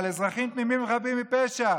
על אזרחים תמימים וחפים מפשע